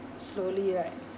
slowly right